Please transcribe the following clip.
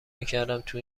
میکردم، تو